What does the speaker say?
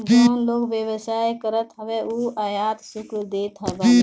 जवन लोग व्यवसाय करत हवन उ आयात शुल्क देत बाने